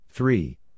Three